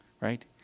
right